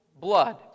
blood